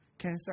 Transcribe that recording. Cancer